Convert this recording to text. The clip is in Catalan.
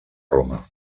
roma